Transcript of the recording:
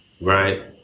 Right